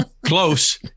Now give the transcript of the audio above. Close